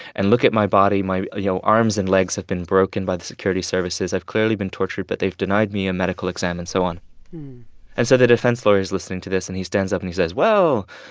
and look at my body. my, you know, arms and legs have been broken by the security services. i've clearly been tortured, but they've denied me a medical exam and so on and so the defense lawyer's listening to this. and he stands up, and he says, well,